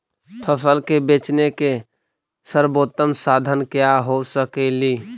फसल के बेचने के सरबोतम साधन क्या हो सकेली?